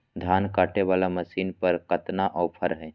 धान कटे बाला मसीन पर कतना ऑफर हाय?